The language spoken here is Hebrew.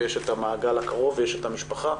יש את המעגל הקרוב ואת המשפחה.